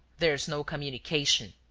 there's no communication.